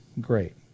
great